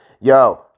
yo